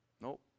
nope